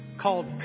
called